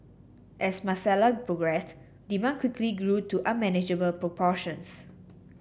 as Marcella progressed demand quickly grew to unmanageable proportions